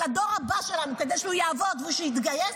הדור הבא שלנו כדי שהוא יעבוד והוא יתגייס,